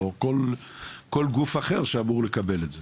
או כל גוף אחר שאמור לקבל את זה.